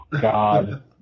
god